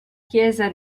chiesa